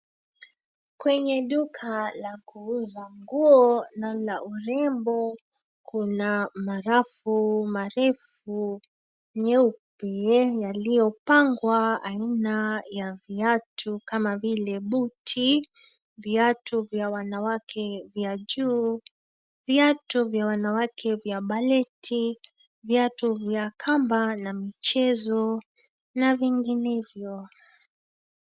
Kwenye duka la kuuza nguo na la urembo, kuna marafu, marefu, nyeupe, yaliyopangwa aina ya viatu kama vile buti, viatu vya wanawake vya juu, viatu vya wanawake vya baleti ,viatu vya kamba na mchezo na vinginevyo.